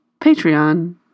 Patreon